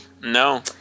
no